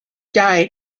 died